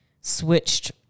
switched